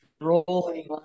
rolling